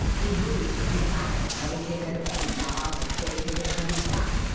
do you think i'd have waited until now to do it if it could be done?